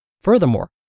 Furthermore